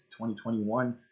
2021